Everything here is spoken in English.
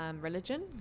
religion